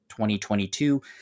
2022